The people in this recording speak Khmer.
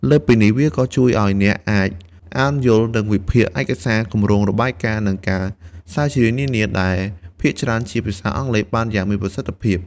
លើសពីនេះ វាក៏ជួយឱ្យអ្នកអាច អាន យល់ និងវិភាគឯកសារគម្រោងរបាយការណ៍ និងការស្រាវជ្រាវនានា ដែលភាគច្រើនជាភាសាអង់គ្លេសបានយ៉ាងមានប្រសិទ្ធភាព។